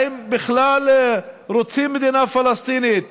האם בכלל רוצים מדינה פלסטינית